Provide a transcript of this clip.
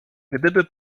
gdyby